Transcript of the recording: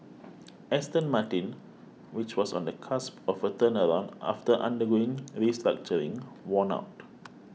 Aston Martin which was on the cusp of a turnaround after undergoing restructuring won out